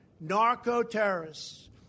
narco-terrorists